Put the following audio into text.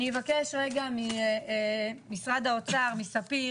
אני אבקש ממשרד האוצר, מספיר,